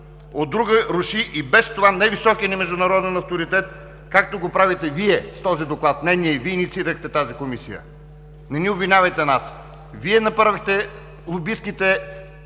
от друга – руши и без това невисокия ни международен авторитет, както го правите Вие с този доклад, не ние. Вие инициирахте тази комисия. Не ни обвинявайте нас. Вие направихте лобистките